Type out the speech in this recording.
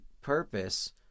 purpose